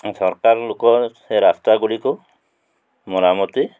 ସରକାର ଲୋକ ସେ ରାସ୍ତା ଗୁଡ଼ିକୁ ମରାମତି